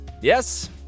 Yes